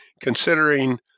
considering